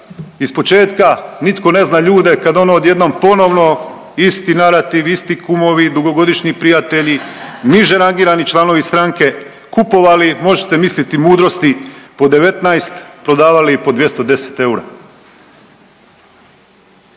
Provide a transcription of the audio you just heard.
ispočetka nitko ne zna ljude, kad ono odjednom ponovno isti narativ, isti kumovi, dugogodišnji prijatelji, nižerangirani članovi stranke, kupovali, možete misliti, mudrosti po 19, prodavali po 210 eura.